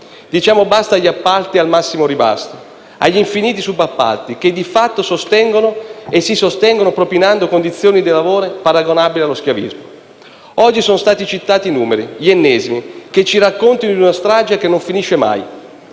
Diciamo basta agli appalti al massimo ribasso, agli infiniti subappalti che di fatto si sostengono propinando condizioni di lavoro paragonabili allo schiavismo. Oggi sono stati citati numeri, gli ennesimi, che ci raccontano di una strage che non finisce mai.